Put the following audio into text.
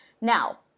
Now